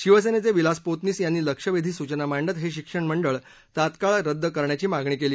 शिवसेनेचे विलास पोतनीस यांनी लक्षवेधी सूचना मांडत हे शिक्षण मंडळ तात्काळ रद्द करण्याची मागणी केली